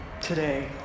today